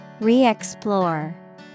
Re-explore